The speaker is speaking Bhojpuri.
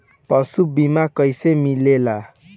पशु बीमा कैसे मिलेला?